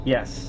Yes